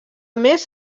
més